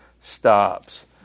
stops